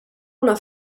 una